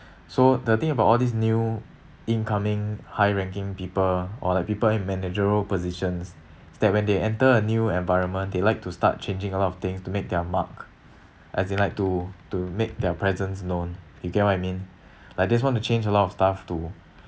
so the thing about all this new incoming high ranking people or like people in managerial role positions is that when they enter a new environment they like to start changing a lot of things to make their mark as in like to to make their presence known you get what I mean like they just want to change a lot of stuff to